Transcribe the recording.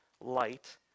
light